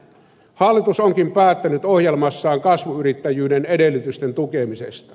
hallitus onkin päättänyt ohjelmassaan kasvuyrittäjyyden edellytysten tukemisesta